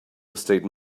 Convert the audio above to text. estate